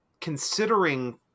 considering